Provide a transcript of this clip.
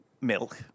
milk